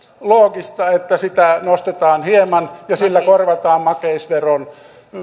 loogista että sitä nostetaan hieman ja sillä korvataan makeisveron